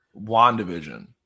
Wandavision